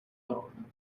own